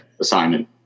assignment